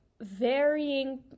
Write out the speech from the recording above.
varying